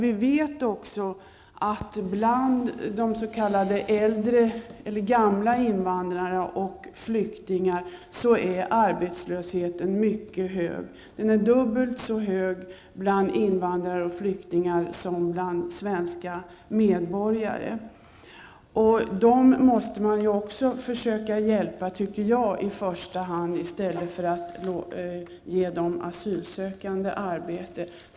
Vi vet att arbetslösheten är mycket hög bland ''gamla'' invandrare och flyktingar. Den är dubbelt så hög bland invandrare och flyktingar som bland svenska medborgare. Dessa människor måste man ju försöka hjälpa i första hand, tycker jag, i stället för att ge de asylsökande arbete.